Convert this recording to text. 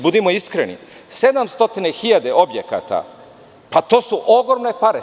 Budimo iskreni 700 hiljada objekata su ogromne pare.